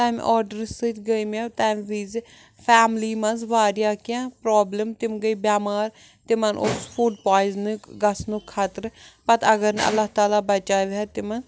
تَمہِ آرڈرٕ سۭتۍ گٔے مےٚ تَمہِ وِزِ فیملی منٛز وارِیاہ کیٚنٛہہ پرابلِم تِم گٔے بٮ۪مار تِمَن اوس فُڈ پویِزنٕکۍ گژھنُک خطرٕ پَتہٕ اگر نہٕ اللہ تعالیٰ بَچاوِہا تِمَن